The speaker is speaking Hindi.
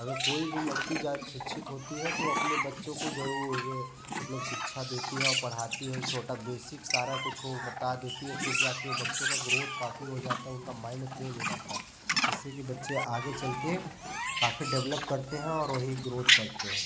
अगर कोई भी लड़की जात शिक्षित होती है तो अपने बच्चों को जरूर मतलब शिक्षा देती है और पढ़ाती है छोटा बेसिक सारा कुछ वो बता देती है फिर जाके वो बच्चों का ग्रोथ काफी हो जाता उनका माइन्ड तेज हो जाता है जिसके कि बच्चे आगे चल के काफ़ी डेवेलप करते हैं और वही ग्रोथ करते हैं